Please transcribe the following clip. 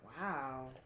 Wow